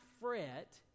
fret